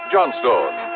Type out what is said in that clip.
Johnstone